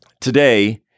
today